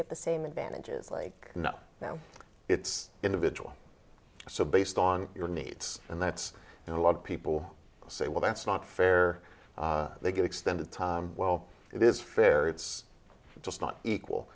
get the same advantages like you know now it's individual so based on your needs and that's you know a lot of people say well that's not fair they get extended time well it is fair it's just not equal